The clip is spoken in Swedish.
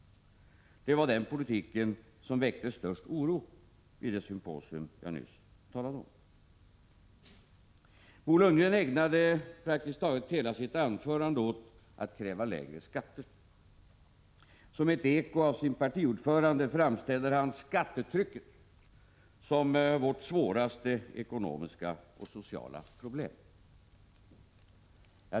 Det var den politiken som väckte störst oro vid det symposium jag nyss talade om. Bo Lundgren ägnade praktiskt taget hela sitt anförande åt att kräva lägre skatter. Som ett eko av sin partiordförande framställer han skattetrycket som vårt svåraste ekonomiska och sociala problem.